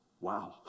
wow